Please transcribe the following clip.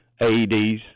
aeds